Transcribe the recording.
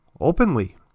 openly